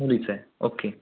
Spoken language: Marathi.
मुलीचं आहे ओके